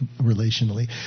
relationally